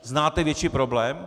Znáte větší problém?